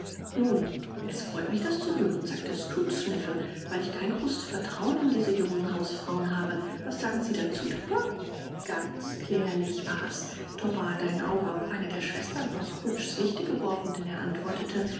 nun es freut mich das zu hören sagte scrooges neffe weil ich kein großes vertrauen in diese jungen hausfrauen habe was sagen sie dazu topper ganz klärlich war's topper hatte ein auge auf eine der schwestern von scrooges nichte geworfen denn er antwortete